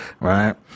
right